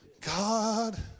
God